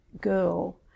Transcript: girl